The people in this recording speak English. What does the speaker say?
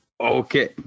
Okay